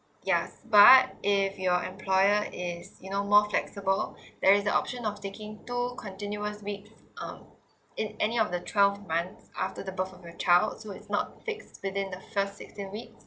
yes but if your employer is you know more flexible there's the option of taking two continuous week um in any of the twelve months after the birth of your child so it's not fixed within the first sixteen week